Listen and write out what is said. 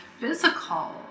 physical